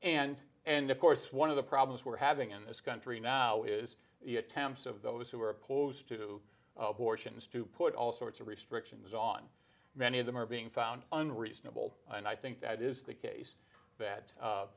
and and of course one of the problems we're having in this country now is the attempts of those who are opposed to abortion is to put all sorts of restrictions on many of them are being found unreasonable and i think that is the case that